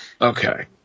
okay